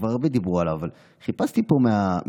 כבר הרבה דיברו עליו, אבל חיפשתי פה בפרק.